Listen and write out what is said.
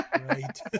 Right